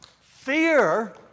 fear